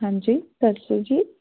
ਹਾਂਜੀ ਦੱਸੋ ਜੀ